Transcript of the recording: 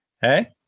Hey